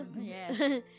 Yes